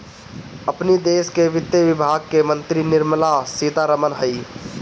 अपनी देस के वित्त विभाग के मंत्री निर्मला सीता रमण हई